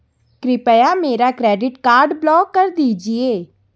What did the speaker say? कृपया मेरा credit card block कर दीजिए